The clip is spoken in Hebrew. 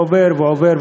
ועובר,